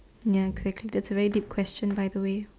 ya exactly that's a very deep question by the way